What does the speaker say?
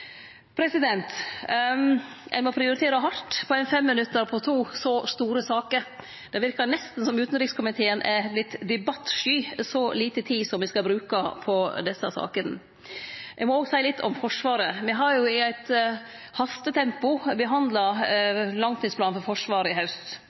Eg må prioritere hardt på ein femminuttar på to så store saker. Det verkar nesten som om utanrikskomiteen er vorten debattsky, så lite tid som me skal bruke på desse sakene. Eg må òg seie litt om Forsvaret. Me har i eit hastetempo behandla